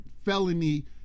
Felony